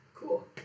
Cool